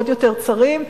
עוד יותר צרים,